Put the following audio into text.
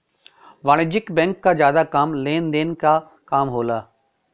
वाणिज्यिक बैंक क जादा काम लेन देन क काम होला